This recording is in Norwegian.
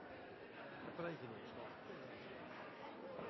derfor ikke